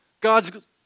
God's